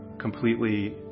Completely